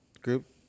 group